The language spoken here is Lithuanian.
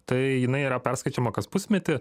tai jinai yra perskaičiuojama kas pusmetį